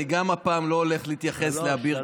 גם הפעם אני לא הולך להתייחס לאביר שלוש.